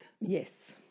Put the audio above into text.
Yes